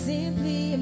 Simply